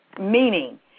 meaning